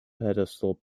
pedestal